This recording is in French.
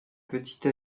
petite